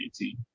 2018